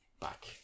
back